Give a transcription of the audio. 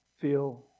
feel